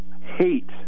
hate